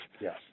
Yes